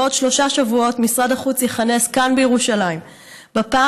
בעוד שלושה שבועות משרד החוץ יכנס כאן בירושלים בפעם